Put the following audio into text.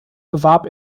bewarb